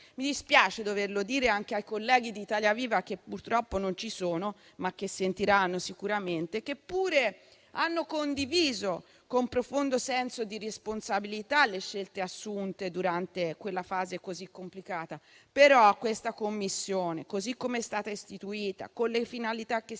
Mi dispiace doverlo dire anche ai colleghi di Italia Viva, che purtroppo non ci sono, ma che sentiranno sicuramente, i quali pure hanno condiviso, con profondo senso di responsabilità, le scelte assunte durante quella fase così complicata. Questa Commissione, così come è stata istituita, con le finalità che si